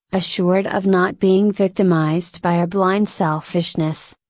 assured of not being victimized by our blind selfishness.